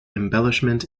embellishment